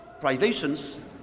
privations